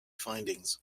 findings